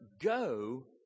go